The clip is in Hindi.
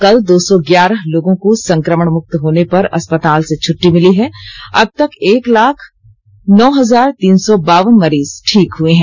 कल दो सौ ग्यारह लोगों को संक्रमण मुक्त होने पर अस्पताल से छुट्टी मिली है अबतक एक लाख नौ हजार तीन सौ बावन मरीज ठीक हुए हैं